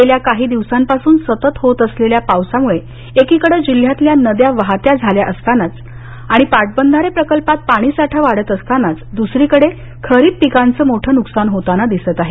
गेल्या काही दिवसांपासून सतत होत असलेल्या पावसामुळे एकीकडं जिल्ह्यातल्या नद्या वाहत्या झाल्या असताना आणि पाटबंधारे प्रकल्पात पाणीसाठा वाढत असताना दुसरीकडं खरीप पिकांचं मोठ नुकसान होताना दिसत आहे